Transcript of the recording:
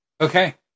Okay